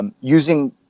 Using